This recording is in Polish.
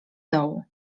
dołu